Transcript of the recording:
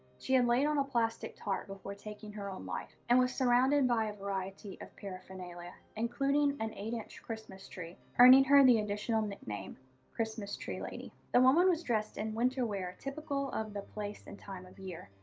she had and laid on a plastic tarp before taking her own life and was surrounded by a variety of paraphernalia, including an eight inch christmas tree, earning her the additional nickname christmas tree lady. the woman was dressed in winter wear typical of the place and time of year,